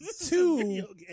two